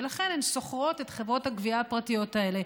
ולכן הן שוכרות את חברות הגבייה הפרטיות האלה,